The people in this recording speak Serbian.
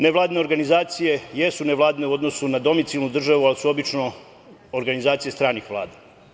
Nevladine organizacije jesu nevladine u odnosu na domicilnu državu, ali su obično organizacije stranih vlada.